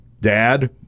Dad